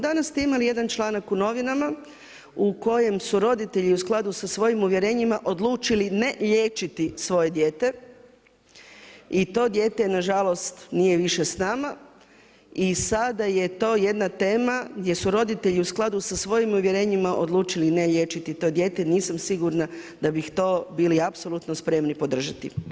Danas ste imali jedan članak u novinama u kojem su roditelji u skladu sa svojim uvjerenjima odlučili ne liječiti svoje dijete i to dijete na žalost nije više s nama, i sada je to jedna tema gdje su roditelji u skladu sa svojim uvjerenjima odlučili ne liječiti dijete, nisam sigurna da bi to bili apsolutno spremni podržati.